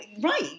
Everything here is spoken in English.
Right